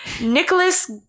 nicholas